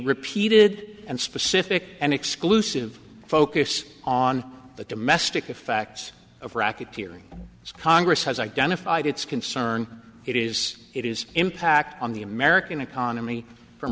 repeated and specific and exclusive focus on the domestic effects of racketeering as congress has identified its concern it is it is impact on the american economy from